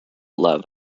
love